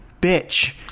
bitch